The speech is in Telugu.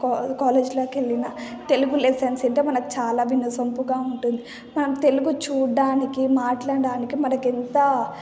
కొల్ కాలేజ్లోకి వెళ్ళిన తెలుగు లెసన్స్ ఎంతో మనకు చాలా వినసొంపుగా ఉంటుంది మనం తెలుగు చూడడానికి మాట్లాడడానికి మనకు ఎంత